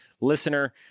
listener